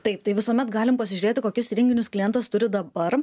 taip tai visuomet galime pasižiūrėti kokius renginius klientas turi dabar